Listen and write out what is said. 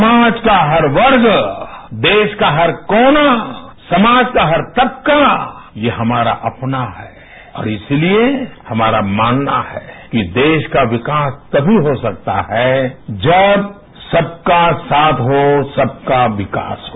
समाज का हर वर्ग देश का हर कोना समाज का हर तबका ये हमाता अपना है और इसलिए हमाता मानना है कि देश का विकास तथी हो सकता है जब सबका साथ हो सबका विकास हो